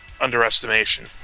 underestimation